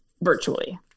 virtually